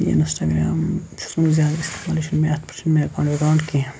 یہِ اِنسٹاگرٛام چھُس نہٕ بہٕ زیادٕ استعمال یہِ چھِنہٕ مےٚ اَتھ پٮ۪ٹھ چھُنہٕ مےٚ کینٛہہ